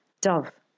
Dove